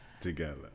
together